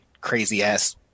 crazy-ass